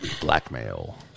Blackmail